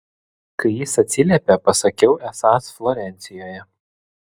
kai jis atsiliepė pasakiau esąs florencijoje